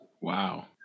Wow